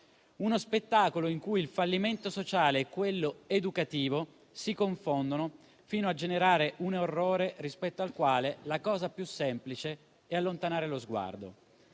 uno spettacolo in cui il fallimento sociale e quello educativo si confondono, fino a generare un orrore rispetto al quale la cosa più semplice è allontanare lo sguardo.